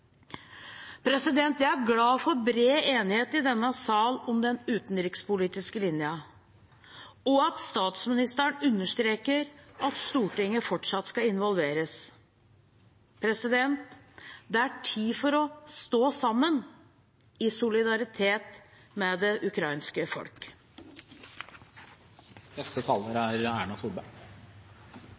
Jeg er glad for bred enighet i denne sal om den utenrikspolitiske linjen, og for at statsministeren understreker at Stortinget fortsatt skal involveres. Det er tid for å stå sammen i solidaritet med det ukrainske